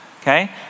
Okay